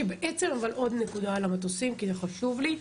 כשבעצם אבל עוד נקודה על המטוסים כי זה חשוב לי,